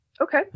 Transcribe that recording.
Okay